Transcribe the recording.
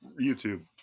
YouTube